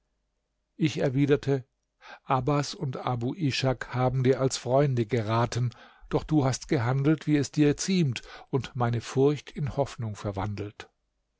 ich erwiderte abbas und abu ishak haben dir als freunde geraten doch du hast gehandelt wie es dir ziemt und meine furcht in hoffnung verwandelt